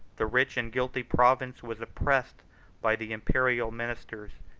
the rich and guilty province was oppressed by the imperial ministers,